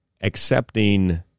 accepting